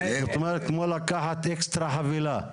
זאת אומרת כמו לקחת אקסטרה חבילה.